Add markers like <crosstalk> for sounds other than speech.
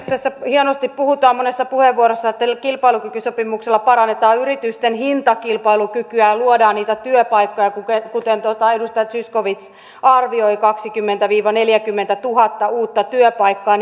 tässä hienosti puhutaan monessa puheenvuorossa että kilpailukykysopimuksella parannetaan yritysten hintakilpailukykyä ja luodaan niitä työpaikkoja kuten edustaja zyskowicz arvioi kaksikymmentätuhatta viiva neljäkymmentätuhatta uutta työpaikkaa <unintelligible>